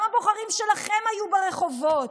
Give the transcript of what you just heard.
גם הבוחרים שלכם היו ברחובות,